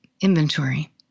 inventory